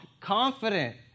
confident